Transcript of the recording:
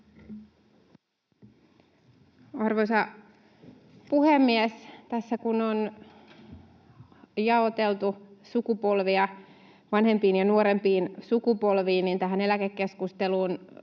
Arvoisa puhemies! Tässä kun on jaoteltu sukupolvia vanhempiin ja nuorempiin sukupolviin, niin tähän eläkekeskusteluun